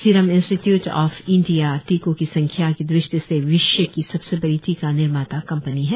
serum Institute of India टीकों की संख्या की दृष्टि से विश्व की सबसे बड़ी टीका निर्माता कंपनी है